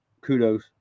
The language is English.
kudos